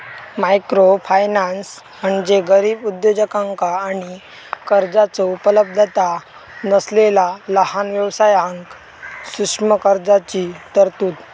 microfinance म्हणजे गरीब उद्योजकांका आणि कर्जाचो उपलब्धता नसलेला लहान व्यवसायांक सूक्ष्म कर्जाची तरतूद